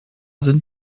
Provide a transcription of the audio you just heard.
sind